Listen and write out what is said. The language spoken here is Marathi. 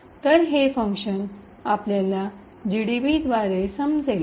तर हे फंक्शन्स आपल्याला जीडीबीद्वारे समजेल